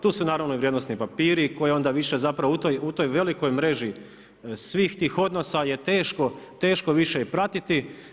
Tu su naravno i vrijednosni papiri koje onda više zapravo u toj velikoj mreži svih tih odnosa je teško više pratiti.